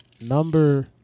number